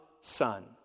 son